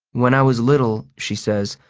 when i was little, she says,